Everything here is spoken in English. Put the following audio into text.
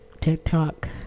TikTok